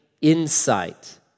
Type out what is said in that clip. insight